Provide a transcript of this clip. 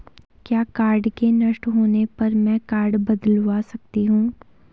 क्या कार्ड के नष्ट होने पर में कार्ड बदलवा सकती हूँ?